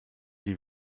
die